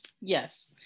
Yes